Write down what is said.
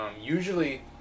usually